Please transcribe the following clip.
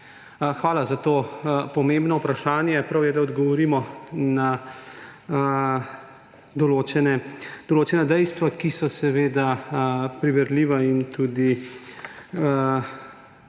hvala za to pomembno vprašanje! Prav je, da odgovorimo na določena dejstva, ki so seveda preverljiva in tudi